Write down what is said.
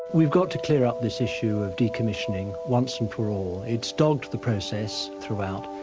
we've got to clear up this issue of decommissioning once and for all. it's dogged the process throughout,